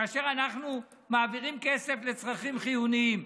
כאשר אנחנו מעבירים כסף לצרכים חיוניים,